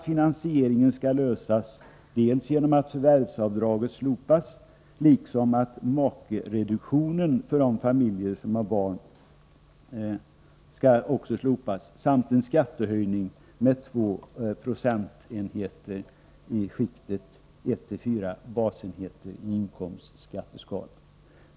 Finansieringen föreslås lösas genom att förvärvsavdraget slopas liksom även makereduktionen för de familjer som har barn samt en skattehöjning med två procentenheter i skiktet 1-4 basenheter i inkomstskatteskalan.